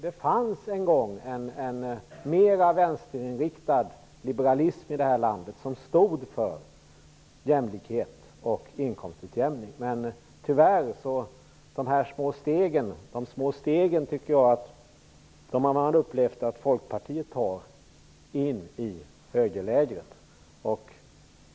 Det fanns en gång en mera vänsterinriktad liberalism i det här landet som stod för jämlikhet och inkomstutjämning. Men tyvärr har man fått uppleva att det är Folkpartiet som tar de små stegen in i högerlägret.